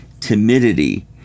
timidity